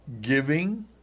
giving